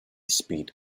speed